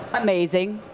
amazing.